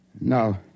No